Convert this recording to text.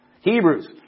hebrews